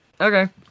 Okay